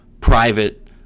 private